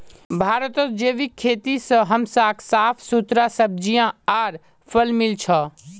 भारतत जैविक खेती से हमसाक साफ सुथरा सब्जियां आर फल मिल छ